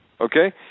okay